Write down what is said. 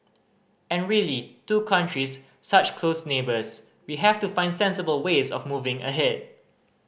and really two countries such close neighbours we have to find sensible ways of moving ahead